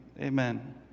amen